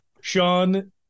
Sean